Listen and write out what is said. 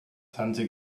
tante